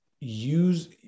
Use